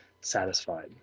satisfied